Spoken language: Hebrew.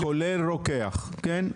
כולל רוקח, כן?